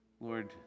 Lord